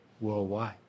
worldwide